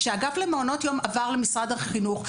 כשהאגף למעונות יום עבר למשרד החינוך,